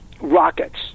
rockets